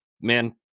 Man